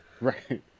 Right